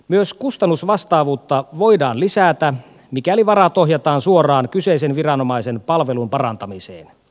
myös kustannusvastaavuutta voidaan lisätä mikäli varat ohjataan suoraan kyseisen viranomaisen palvelun parantamiseen